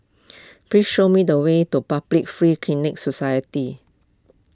please show me the way to Public Free Clinic Society